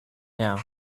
now